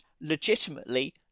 legitimately